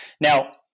Now